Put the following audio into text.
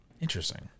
interesting